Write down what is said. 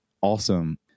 awesome